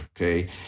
okay